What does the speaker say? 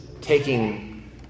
taking